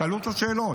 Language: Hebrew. שאלו אותו שאלות